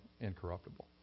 incorruptible